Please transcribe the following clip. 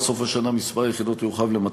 עד סוף השנה יורחב מספר היחידות ל-250.